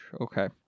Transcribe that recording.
Okay